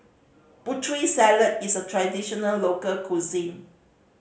Putri Salad is a traditional local cuisine